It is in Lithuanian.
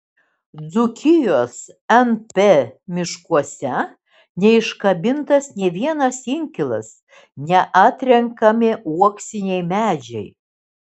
dzūkijos np miškuose neiškabintas nė vienas inkilas neatrenkami uoksiniai medžiai